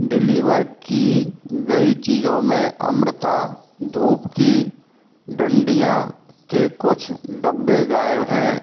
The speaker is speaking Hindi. डिलीवर की गई चीज़ों में अमृता धूप की डंडियाँ के कुछ डब्बे गायब हैं